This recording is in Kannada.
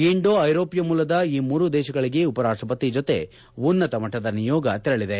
ಇಂಡೋ ಐರೋಪ್ಯ ಮೂಲದ ಈ ಮೂರು ದೇಶಗಳಿಗೆ ಉಪರಾಷ್ಟಪತಿ ಜೊತೆ ಉನ್ನತ ಮಟ್ಟದ ನಿಯೋಗ ತೆರಳದೆ